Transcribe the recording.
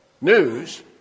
news